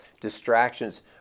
distractions